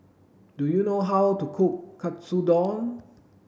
do you know how to cook Katsudon